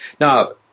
Now